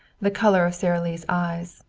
the color of sara lee's eyes,